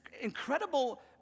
incredible